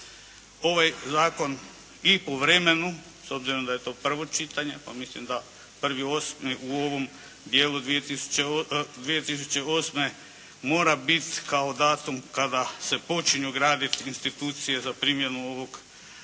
Ovaj zakon i u vremenu s obzirom da je to prvo čitanje, pa mislim da prvi osvrti u ovom dijelu 2008. mora biti kao datum kada se počinju graditi institucije za primjenu ovog prava